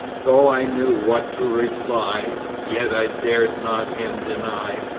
though i knew what to reply, yet i dared not him deny,